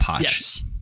Yes